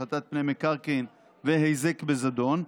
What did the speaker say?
השחתת פני מקרקעין והיזק בזדון,